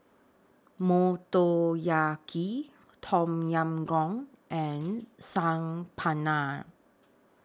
Motoyaki Tom Yam Goong and Saag Paneer